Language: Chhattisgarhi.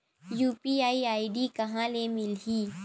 यू.पी.आई आई.डी कहां ले मिलही?